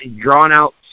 drawn-out